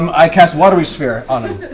um i cast watery sphere on him,